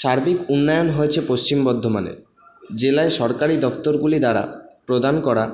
সার্বিক উন্নয়ন হয়েছে পশ্চিম বর্ধমানে জেলায় সরকারি দফতরগুলি দ্বারা প্রদান করা